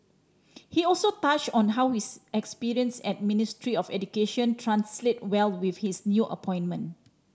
he also touched on how his experience at Ministry of Education translate well with his new appointment